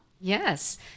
Yes